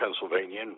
Pennsylvania